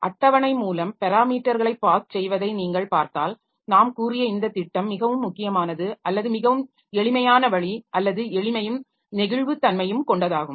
அட்டவணை மூலம் பெராமீட்டர்களை பாஸ் செய்வதை நீங்கள் பார்த்தால்நாம் கூறிய இந்த திட்டம் மிகவும் முக்கியமானது அல்லது மிகவும் எளிமையான வழி அல்லது எளிமையும் நெகிழ்வுத்தன்மையும் காெண்டதாகும்